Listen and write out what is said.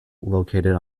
located